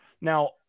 Now